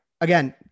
again